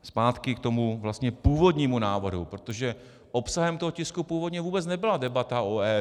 Zpátky k tomu vlastně původnímu návrhu, protože obsahem toho tisku původně vůbec nebyla debata o EET.